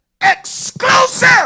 Exclusive